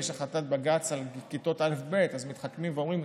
יש החלטת בג"ץ על כיתות א'-ב' אז מתחכמים ואומרים: